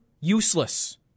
useless